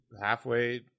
halfway